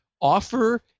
offer